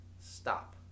Stop